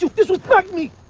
disrespect me.